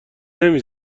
نمی